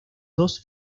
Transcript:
dos